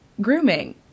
Grooming